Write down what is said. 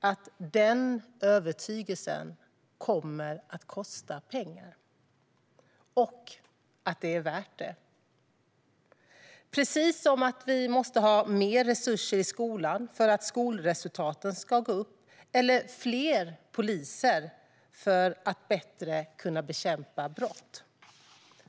att den övertygelsen kommer att kosta pengar och att det är värt det, precis som att vi måste ha mer resurser i skolan för att skolresultaten ska förbättras eller fler poliser för att bättre kunna bekämpa brott.